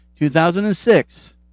2006